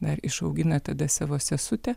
na ir išaugina tada savo sesutę